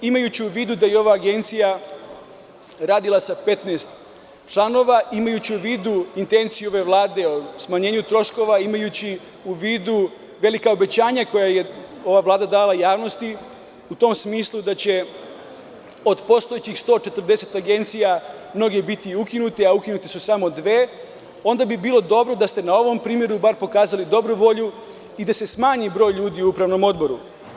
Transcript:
Imajući u vidu da je ova agencija radila sa 15 članova, imajući u vidu intenciju ove Vlade o smanjenju troškova, imajući u vidu velika obećanja koja je ova Vlada dala javnosti u tom smislu da će od postojećih 140 agencija mnoge biti ukinute, a ukinute su samo dve, onda bi bilo dobro da ste na ovom primeru bar pokazali dobru volju i da se smanji broj ljudi i u upravnom odboru.